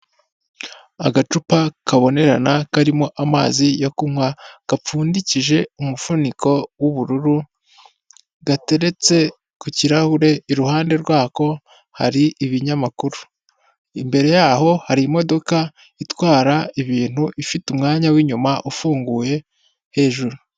Agacupa kabonerana karimo amazi yo kunywa, gapfundikije umufuniko w'ubururu, gateretse ku kirahure, iruhande rwako hari ibinyamakuru, imbere yaho hari imodoka itwara ibintu, ifite umwanya w'inyuma ufunguye hejuru.